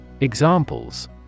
Examples